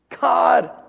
God